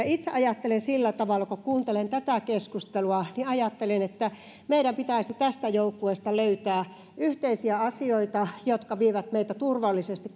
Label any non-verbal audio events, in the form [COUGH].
[UNINTELLIGIBLE] itse ajattelen sillä tavalla kun kuuntelen tätä keskustelua että meidän pitäisi tästä joukkueesta löytää yhteisiä asioita jotka vievät meitä turvallisesti [UNINTELLIGIBLE]